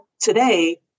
today